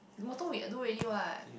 motor we do already what